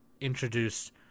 introduce